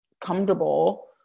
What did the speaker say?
comfortable